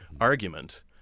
argument